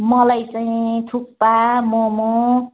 मलाई चाहिँ थुक्पा मोमो